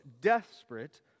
desperate